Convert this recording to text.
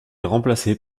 remplacés